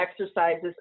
exercises